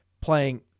playing